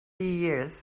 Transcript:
years